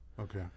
Okay